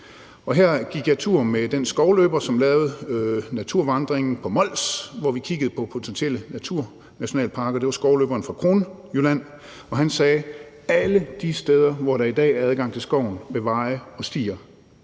her gik jeg tur med den skovløber, som lavede naturvandringen på Mols, hvor vi kiggede på potentielle naturnationalparker. Det var skovløberen fra Kronjylland, og han sagde: Alle de steder, hvor der i dag er adgang til skoven ved veje og stier,